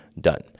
done